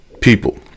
people